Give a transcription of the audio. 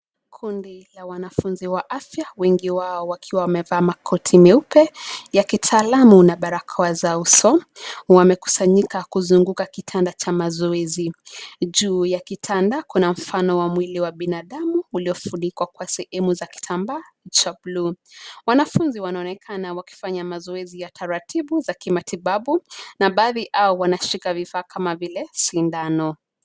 Kundi la wanafunzi wa afya, wengi wao wakiwa wamevaa makoti meupe, ya kitaalamu na barakoa za uso, wamekusanyika kuzunguka kitanda cha mazoezi. Juu ya kitanda, kuna mfano wa mwili wa binadamu, uliofunikwa kwa sehemu za kitambaa cha bluu. Wanafunzi wanaonekana wakifanya mazoezi ya taratibu za kimatibabu na baadhi hao wanashika bidhaa kama vile sindano.